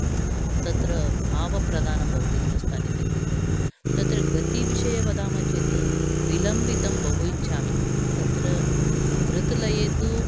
तत्र भवप्रधानं भवति हिन्दूस्थानिसङ्गीते तत्र गतिविषये वदामः चेत् विलम्बितं बहु इच्छामि तत्र दृतलये तु